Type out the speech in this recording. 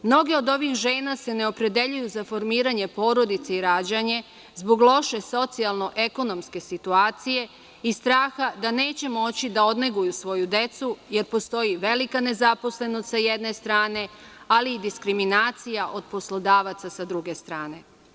Mnoge od ovih žena se ne opredeljuju za formiranje porodice i rađanje zbog loše socijalno-ekonomske situacije i straha da neće moći da odneguju svoju decu, jer postoji velika nezaposlenost, s jedne strane, ali i diskriminacija od poslodavaca, s druge strane.